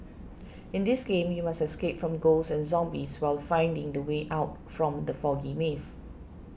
in this game you must escape from ghosts and zombies while finding the way out from the foggy maze